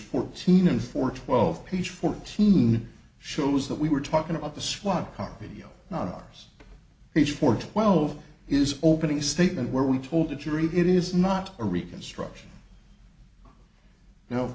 fourteen and for twelve page fourteen shows that we were talking about the squad car video not hours before twelve is opening statement where we told the jury it is not a reconstruction no